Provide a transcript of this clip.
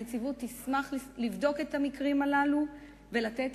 הנציבות תשמח לבדוק את המקרים הללו ולתת